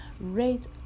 rate